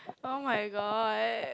!oh-my-god!